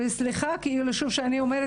לא רק